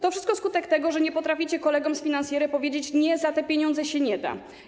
To wszystko skutek tego, że nie potraficie kolegom z finansjery powiedzieć: nie, za te pieniądze się nie da.